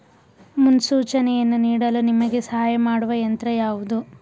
ಮುನ್ಸೂಚನೆಯನ್ನು ನೀಡಲು ನಿಮಗೆ ಸಹಾಯ ಮಾಡುವ ಯಂತ್ರ ಯಾವುದು?